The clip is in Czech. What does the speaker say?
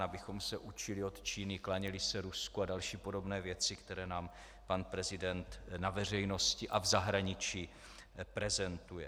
Abychom se učili od Číny, klaněli se Rusku a další podobné věci, které nám pan prezident na veřejnosti a v zahraničí prezentuje?